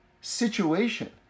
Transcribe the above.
situation